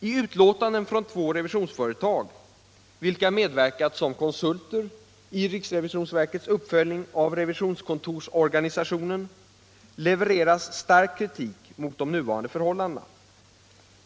I utlåtanden från två revisionsföretag, vilka medverkat som konsulter i riksrevisionsverkets uppföljning av revisionskontorsorganisationen, levereras stark kritik mot de nuvarande förhållandena.